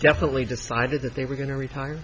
definitely decided that they were going to retire